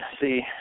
See